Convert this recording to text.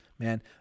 Man